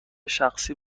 شخصی